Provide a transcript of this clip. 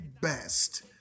Best